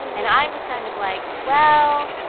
and i was kind of like, well,